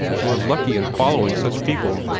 you were lucky in following such people.